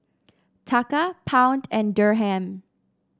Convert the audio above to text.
Taka Pound and Dirham